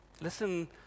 Listen